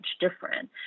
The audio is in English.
different